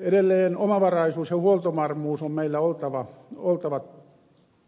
edelleen omavaraisuus ja huoltovarmuus on meillä oltava